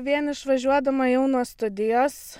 vien išvažiuodama jau nuo studijos